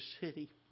city